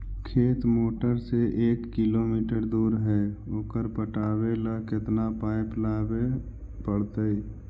खेत मोटर से एक किलोमीटर दूर है ओकर पटाबे ल केतना पाइप लेबे पड़तै?